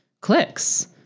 clicks